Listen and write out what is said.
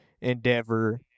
endeavor